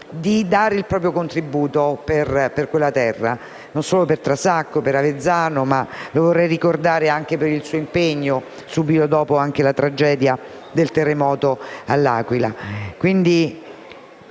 di dare il proprio contributo per quella terra e, non solo, per Trasacco e Avezzano. Vorrei ricordarlo anche per il suo impegno subito dopo la tragedia del terremoto dell'Aquila.